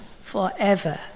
forever